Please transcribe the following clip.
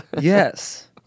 Yes